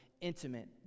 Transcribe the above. intimate